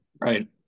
Right